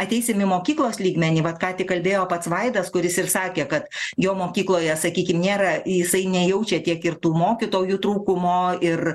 ateisim į mokyklos lygmenį vat ką tik kalbėjo pats vaidas kuris ir sakė kad jo mokykloje sakykim nėra jisai nejaučia tiek ir tų mokytojų trūkumo ir